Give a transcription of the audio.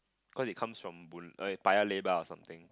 cause it comes from boon eh Paya Lebar or something